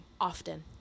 often